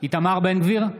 איתמר בן גביר,